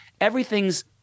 Everything's